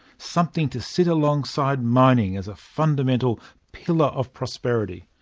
something to sit alongside mining as a fundamental pillar of prosperity.